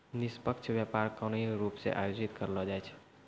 निष्पक्ष व्यापार कानूनी रूप से आयोजित करलो जाय छै